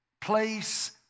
place